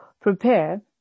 prepare